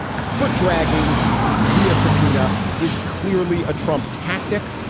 foot-dragging via subpoena is clearly a trump tactic.